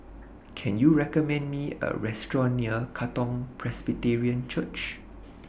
Can YOU recommend Me A Restaurant near Katong Presbyterian Church